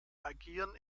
agieren